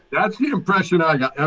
that's the impression i got,